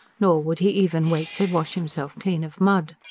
nor would he even wait to wash himself clean of mud.